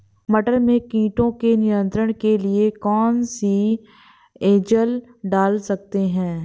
मटर में कीटों के नियंत्रण के लिए कौन सी एजल डाल सकते हैं?